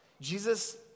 Jesus